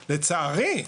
לצערי.